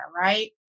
right